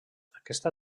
aquesta